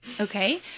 Okay